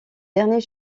derniers